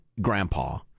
grandpa